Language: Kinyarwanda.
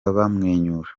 bamwenyura